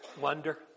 wonder